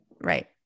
right